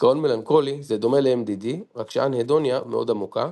דכאון מלנכולי זה דומה לMDD רק שאנהדוניה מאוד עמוקה,